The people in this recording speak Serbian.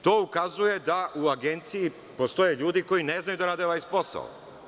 To ukazuje da u Agenciji postoje ljudi koji ne znaju da rade ovaj posao.